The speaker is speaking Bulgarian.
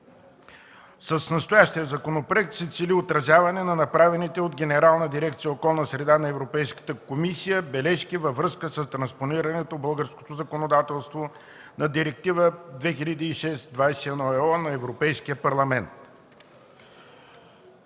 С настоящия законопроект се цели отразяване на направените от Генерална дирекция „Околна среда” на Европейската комисия бележки във връзка с транспонирането в българското законодателство на Директива 2006/21/ЕО на Европейския парламент